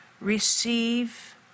receive